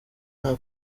nta